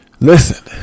Listen